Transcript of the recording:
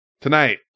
Tonight